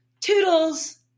Toodles